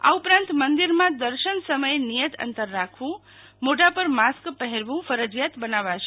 આ ઉપરાંત મંદિરમાં દર્શન સમયે નિયત અંતર રાખવું મોઢા પર માસ્ક પહેરવું ફરજીયાત બનાવશે